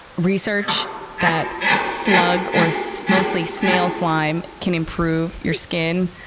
research that slug or so mostly snail slime can improve your skin.